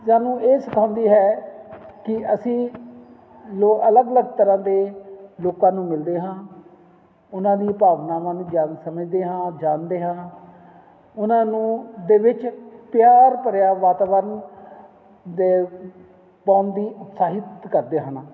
ਸਾਨੂੰ ਇਹ ਸਿਖਾਉਂਦੀ ਹੈ ਕਿ ਅਸੀਂ ਲੋ ਅਲੱਗ ਅਲੱਗ ਤਰ੍ਹਾਂ ਦੇ ਲੋਕਾਂ ਨੂੰ ਮਿਲਦੇ ਹਾਂ ਉਹਨਾਂ ਦੀ ਭਾਵਨਾਵਾਂ ਨੂੰ ਜਾਣ ਸਮਝਦੇ ਹਾਂ ਜਾਣਦੇ ਹਾਂ ਉਹਨਾਂ ਨੂੰ ਦੇ ਵਿੱਚ ਪਿਆਰ ਭਰਿਆ ਵਾਤਾਵਰਣ ਦੇ ਪਾਉਣ ਦੀ ਉਤਸਾਹਿਤ ਕਰਦੇ ਹਨ